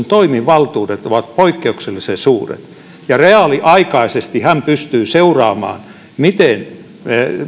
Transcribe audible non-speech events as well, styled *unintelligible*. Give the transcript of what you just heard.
*unintelligible* toimivaltuudet ovat poikkeuksellisen suuret ja reaaliaikaisesti hän pystyy seuraamaan miten